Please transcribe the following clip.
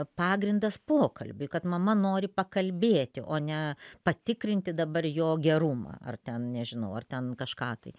pagrindas pokalbiui kad mama nori pakalbėti o ne patikrinti dabar jo gerumą ar ten nežinau ar ten kažką tai